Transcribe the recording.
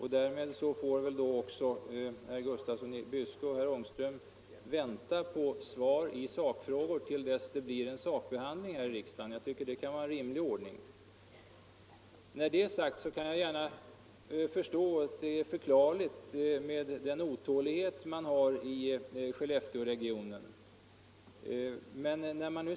Herr Gustafsson i Byske och herr Ångström får alltså vänta på svar i sakfrågorna till dess det blir en sakbehandling här i riksdagen. Jag tycker att det är en rimlig ordning. När detta är sagt vill jag tillägga att jag tycker att den otålighet som råder i Skellefteåregionen är fullt förklarlig.